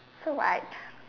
so like